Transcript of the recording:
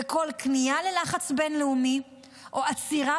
וכל כניעה ללחץ בין-לאומי או עצירה